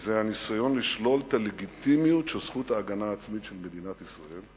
וזה הניסיון לשלול את הלגיטימיות של זכות ההגנה העצמית של מדינת ישראל.